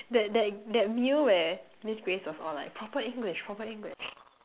that that that meal where miss grace was all like proper English proper English